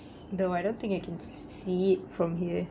though I don't think you can see it from here